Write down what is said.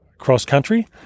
cross-country